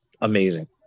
amazing